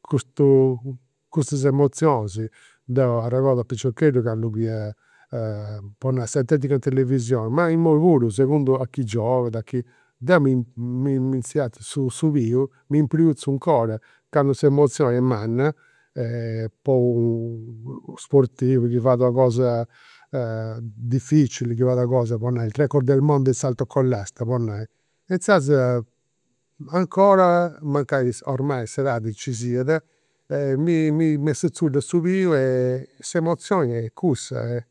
custu custas emozionis. Deu arregodu a piciocheddu candu fia, po nai, s'atletica in televisioni, ma imui puru a segunda chi giogat, deu mi mi nci arziat su pilu, mi 'ncora, candu s'emozioni est manna. Po unu sportivu chi fait una cosa dificili, chi fait una cosa, po nai il record del mondo di salto con l'asta, po nai, e inzaras 'ncora, mancai ormai s'edadi nci siat mi m'asezudda su pilu e s'emozioni est cussa e